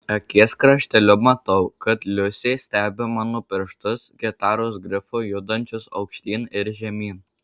akies krašteliu matau kad liusė stebi mano pirštus gitaros grifu judančius aukštyn ir žemyn